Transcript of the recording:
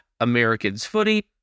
AmericansFooty